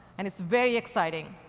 and it's very exciting.